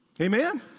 Amen